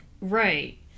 Right